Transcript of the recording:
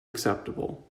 acceptable